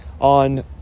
on